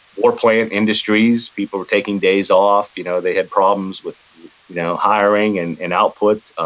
war plane industries, people were taking days off. you know they had problems with you know hiring and and output.